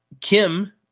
Kim